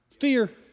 Fear